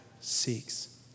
seeks